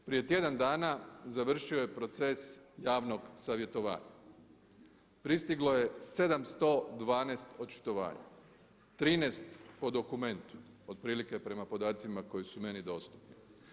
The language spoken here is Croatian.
Prije tjedan dana završio je proces javnog savjetovanja, pristiglo je 712 očitovanja, 13 po dokumentu, otprilike prema podacima koji su meni dostupni.